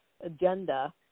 agenda